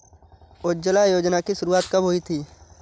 उज्ज्वला योजना की शुरुआत कब हुई थी?